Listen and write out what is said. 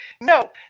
No